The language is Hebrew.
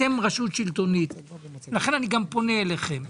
אתם רשות שלטונית ולכן אני פונה אליכם.